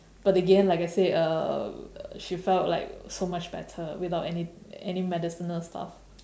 but again like I said uh she felt like so much better without any any medicinal stuff